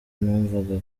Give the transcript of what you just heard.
numvaga